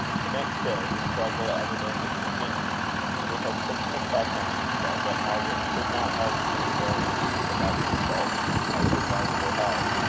the next day, the struggle evidently continued and it had such an effect on euphra, that margaret could not help feeling very anxious about the result as regarded her health,